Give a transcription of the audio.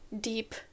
deep